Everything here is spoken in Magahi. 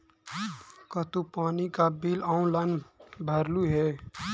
का तू पानी का बिल ऑनलाइन भरलू हे